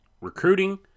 recruiting